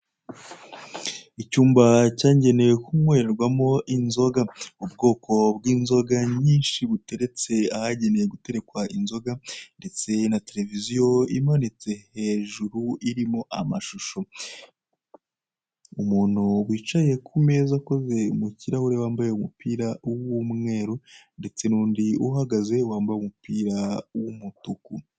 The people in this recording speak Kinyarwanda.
Icyumba cyagenewe kunywebwa mo inzoga, ubwoko bw'inzoga nyinshi buteretse ahagenewe guterekwa inzoga, ndetse na televiziyo imanitse hejuru irimo amashusho, umuntu wicaye ku meza akoze mu kirahure wambaye umupira w'umweru ndetse n'undi uhagaze wambaye umupira w'umutuku.